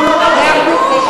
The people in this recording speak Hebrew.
מה הסיפור?